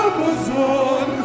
Amazon